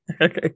Okay